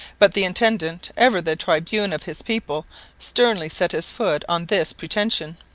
but the intendant, ever the tribune of his people, sternly set his foot on this pretension.